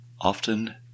often